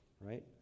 right